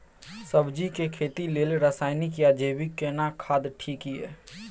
सब्जी के खेती लेल रसायनिक या जैविक केना खाद ठीक ये?